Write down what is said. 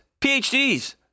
PhDs